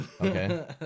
Okay